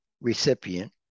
recipient